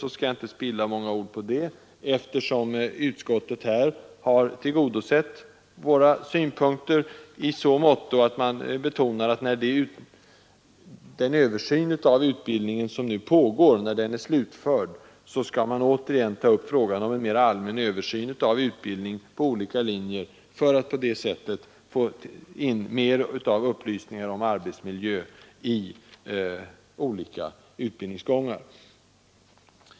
Den skall jag inte spilla många ord på, eftersom utskottet har tillgodosett våra synpunkter i så måtto att man betonar att när den översyn av utbildningen som nu pågår är utförd, skall man återigen ta upp frågan om en mer allmän översyn av utbildningen på olika linjer, för att på det sättet få in mer upplysning om arbetsmiljö i skilda utbildningsgångar.